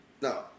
no